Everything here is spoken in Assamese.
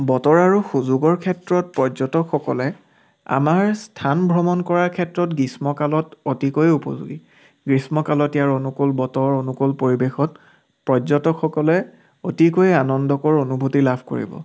বতৰ আৰু সুযোগৰ ক্ষেত্ৰত পৰ্যটকসকলে আমাৰ স্থান ভ্ৰমণ কৰা ক্ষেত্ৰত গ্ৰীষ্মকালত অতিকৈ উপযোগী গ্ৰীষ্মকালত ইয়াৰ অনুকূল বতৰ অনুকূল পৰিৱেশত পৰ্যটকসকলে অতিকৈ আনন্দকৰ অনুভূতি লাভ কৰিব